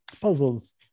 puzzles